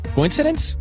Coincidence